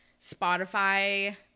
Spotify